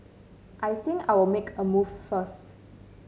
I think I'll make a move first